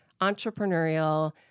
entrepreneurial